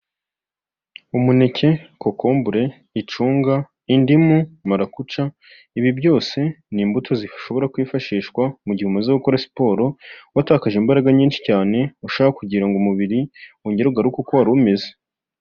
Umuneke, kokombure, icunga, indimu ,marakuca, ibi byose ni imbuto zishobora kwifashishwa mu gihe umaze gukora siporo, watakaje imbaraga nyinshi cyane ushaka kugira ngo umubiri wongere ugaruke uko wari umeze.